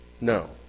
No